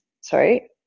sorry